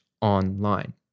online